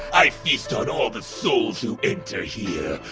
i feast on all the souls who enter here.